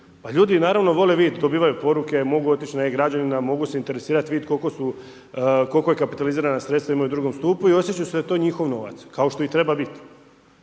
ljudi naravno vole vidjeti, dobivaju poruke, mogu otić na e-građanina, mogu se interesirat, vidjeti koliko je kapitalizirana sredstva imaju u II. stupu i osjećaju da je to njihov novac, kao što i treba biti,